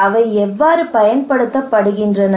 அவை எவ்வாறு பயன்படுத்தப்படுகின்றன